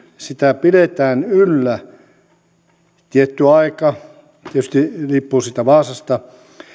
sitä pidetään yllä tietty aika tietysti riippuu siitä vaasasta